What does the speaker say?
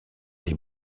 les